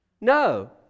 No